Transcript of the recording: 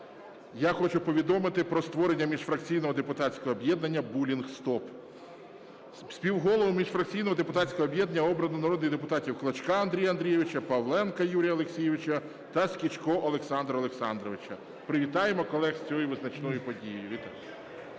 я хочу повідомити про створення міжфракційного депутатського об'єднання "Булінг - стоп!". Співголовами міжфракційного депутатського об'єднання обрано народних депутатів: Клочка Андрія Андрійовича, Павленка Юрія Олексійовича та Скічка Олександра Олександровича. Привітаємо колег з цією визначною подією.